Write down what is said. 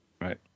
right